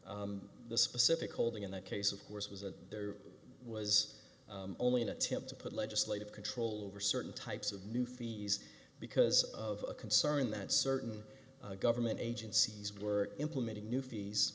you the specific holding in the case of course was that there was only an attempt to put legislative control over certain types of new fees because of a concern that certain government agencies were implementing new